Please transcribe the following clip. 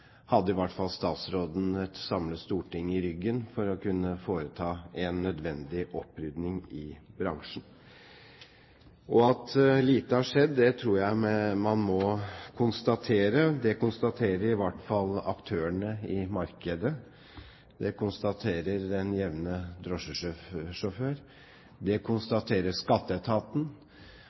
hadde et samlet storting i ryggen for å kunne foreta en nødvendig opprydding i bransjen. At lite har skjedd, tror jeg man må konstatere. Det konstaterer i hvert fall aktørene i markedet, det konstaterer den jevne drosjesjåfør, det konstaterer skatteetaten,